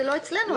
זה לא מונח אצלנו.